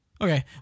Okay